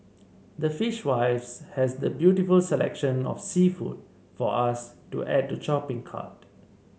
the Fishwives has the beautiful selection of seafood for us to add to shopping cart